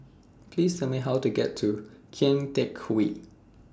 Please Tell Me How to get to Kian Teck Way